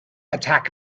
attack